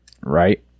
right